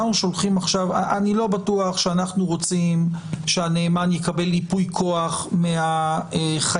אני לא בטוח שאנחנו רוצים שהנאמן יקבל ייפוי כוח מהחייב,